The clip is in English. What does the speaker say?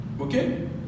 Okay